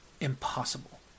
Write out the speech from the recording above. impossible